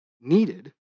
needed